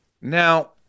Now